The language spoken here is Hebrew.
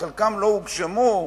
שחלקם לא הוגשמו,